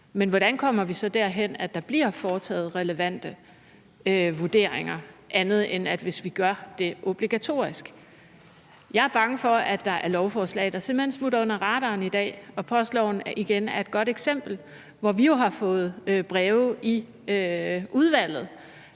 Men hvordan kommer vi så derhen, hvor der bliver foretaget relevante vurderinger, hvis vi ikke gør det obligatorisk? Jeg er bange for, at der er lovforslag, der simpelt hen smutter under radaren i dag, og postloven er igen et godt eksempel. Vi har jo fået breve i udvalget,